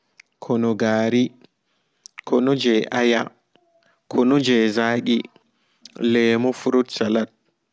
Konogaar kunu jei aya kunu jei zaaqi leemu furut salad